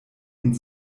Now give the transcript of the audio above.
und